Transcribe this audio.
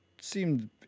seemed